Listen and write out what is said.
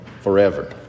forever